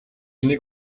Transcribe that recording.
нэг